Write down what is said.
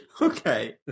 Okay